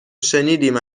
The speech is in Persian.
شنیدیم